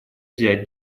взять